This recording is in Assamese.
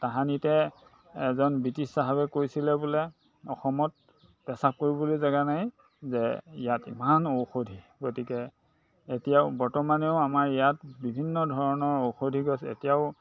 তাহানিতে এজন ব্ৰিটিছ চাহাবে কৈছিলে বোলে অসমত পেছাব কৰিবলৈ জেগা নাই যে ইয়াত ইমান ঔষধি গতিকে এতিয়াও বৰ্তমানেও আমাৰ ইয়াত বিভিন্ন ধৰণৰ ঔষধি গছ এতিয়াও